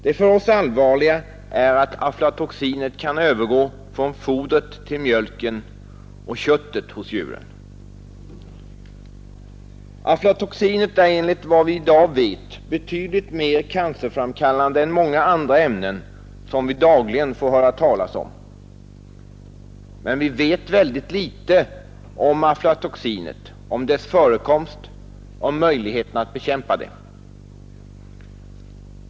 Det för oss allvarliga är att aflatoxinet kan övergå från fodret till mjölken och köttet hos djuren. Aflatoxinet är vad vi i dag vet betydligt mer cancerframkallande än många andra ämnen som vi dagligen får höra talas om. Men vi vet ytterst litet om aflatoxinet, om dess förekomst, om möjligheterna att bekämpa det.